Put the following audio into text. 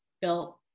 built